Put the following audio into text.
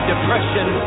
Depression